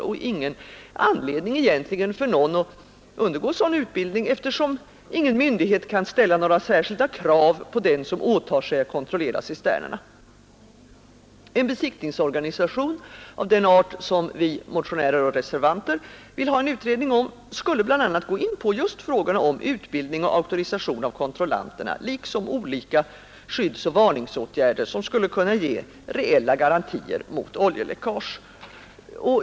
Och ingen har egentligen någon anledning att undergå sådan utbildning, eftersom ingen myndighet kan ställa några särskilda krav på dem som åtar sig att kontrollera cisternerna. En besiktningsorganisation av den art som vi motionärer och reservanter vill ha utredning om skulle gå in på bl.a. just frågorna om utbildning och auktorisation av kontrollanterna liksom om olika skyddsoch varningsåtgärder som skulle kunna ge reella garantier mot oljeläckage.